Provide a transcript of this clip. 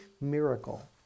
miracle